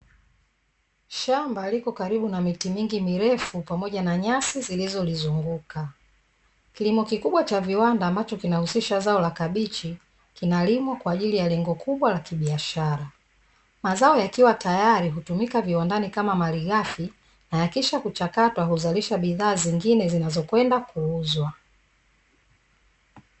Shamba liko karibu na miti mingi mirefu pamoja na nyasi zilizolizunguka, kilimo kikubwa cha viwanda ambacho kina husisha la zao la kabichi, kinalimwa kwa ajili ya lengo kubwa la kibiashara, mazao yakiwa tayari hutumika viwandani kama malighafi, na yakishakuchakatwa huzalisha bidhaa zingine, zinazokwenda kuuzwa.